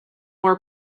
more